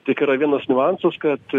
tik yra vienas niuansas kad